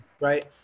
Right